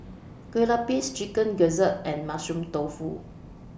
Kue Lupis Chicken Gizzard and Mushroom Tofu